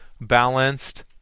balanced